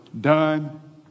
done